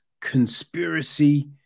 conspiracy